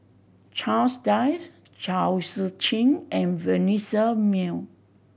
Charles Dyce Chao Tzee Cheng and Vanessa Mae